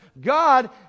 God